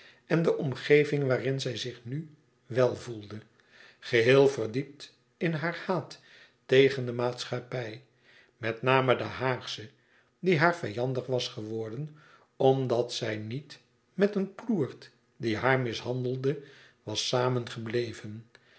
en de omgeving waarin zij zich nu wèl voelde geheel verdiept in haar haat tegen de maatschaijpij met name de haagsche die haar vijandig was geworden omdat zij niet met een ploert die haar mishandelde was